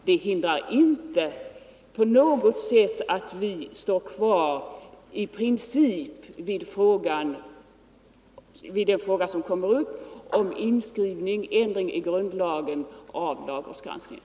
Det hindrar inte på något sätt att vi i princip står fast vid vår ståndpunkt när det gäller en ändring av reglerna i grundlagen angående lagrådsgranskningen.